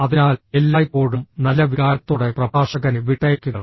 അതിനാൽ എല്ലായ്പ്പോഴും നല്ല വികാരത്തോടെ പ്രഭാഷകനെ വിട്ടയക്കുക